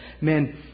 Men